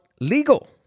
legal